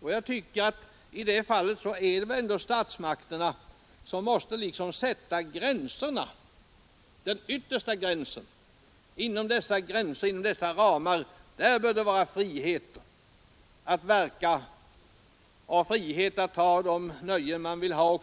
Och jag tycker att det i detta fall är statsmakterna som måste fastställa gränserna och säga att inom dessa gränser bör det finnas frihet att verka och att skaffa sig de nöjen man vill ha.